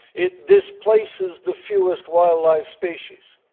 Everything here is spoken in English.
it displaces the fewest wildlife species.